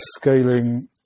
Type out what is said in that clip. scaling